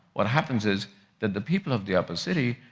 what happens is that the people of the upper city,